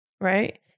Right